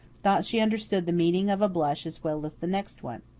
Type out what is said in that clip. thought she understood the meaning of a blush as well as the next one.